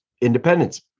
independence